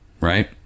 right